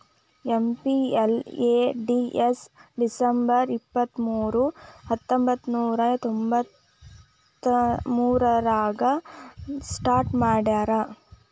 MPLADS December ಇಪ್ಪತ್ಮೂರು ಹತ್ತೊಂಬಂತ್ತನೂರ ತೊಂಬತ್ತಮೂರಾಗ ಸ್ಟಾರ್ಟ್ ಮಾಡ್ಯಾರ